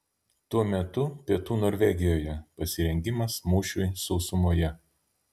tuo metu pietų norvegijoje pasirengimas mūšiui sausumoje